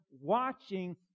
watching